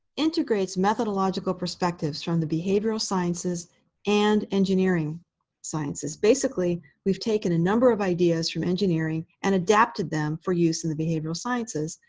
integrates methodological perspectives from the behavioral sciences and engineering sciences. basically, we've taken a number of ideas from engineering, and adapted them for use in the behavioral sciences.